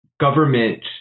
government